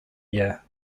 year